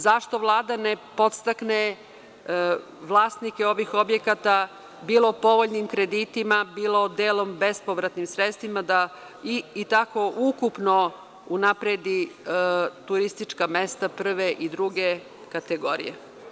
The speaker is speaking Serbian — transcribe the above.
Zašto Vlada ne podstakne vlasnike ovih objekata bilo povoljnim kreditima bilo delom bespovratnim sredstvima da i tako ukupno unapredi turistička mesta prve i druge kategorije?